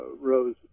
Rose